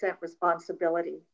responsibility